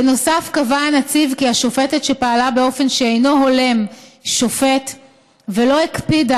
בנוסף קבע הנציב כי השופטת פעלה באופן שאינו הולם שופט ולא הקפידה